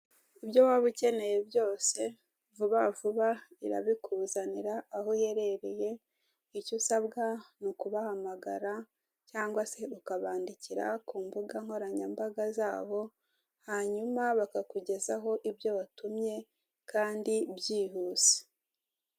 Ibyo waba ukeneye byose vuba vuba irabikuzanira aho uherereye icyo usabwa n'ukubahamagara cyangwa se ukabandikira ku mbuga nkoranyambaga zabo hanyuma bakakugezaho ibyo watumye kandi byihuse.